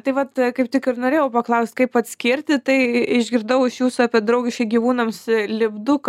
tai vat kaip tik ir norėjau paklaust kaip atskirti tai i išgirdau iš jūsų apie draugiški gyvūnams lipduką